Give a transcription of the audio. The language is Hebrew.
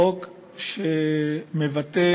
חוק שמבטא